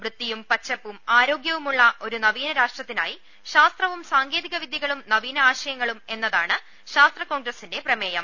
വൃത്തിയും പച്ചപ്പും ആരോഗ്യവുമുള്ള ഒരു രാഷ്ട്രത്തി നായി ശാസ്ത്രവും സാങ്കേതിക വിദ്യകളും നവീന ആശയങ്ങളും എന്നതാണ് ശാസ്ത്ര കോൺഗ്രസിന്റെ പ്രമേയം